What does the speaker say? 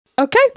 Okay